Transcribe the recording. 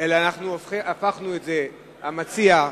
אלא המציע,